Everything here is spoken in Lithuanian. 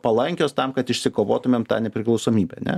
palankios tam kad išsikovotumėm tą nepriklausomybę ane